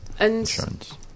Insurance